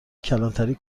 کلانتری